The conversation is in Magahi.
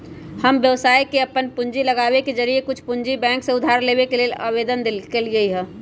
हम व्यवसाय में अप्पन पूंजी लगाबे के जौरेए कुछ पूंजी बैंक से उधार लेबे के लेल आवेदन कलियइ ह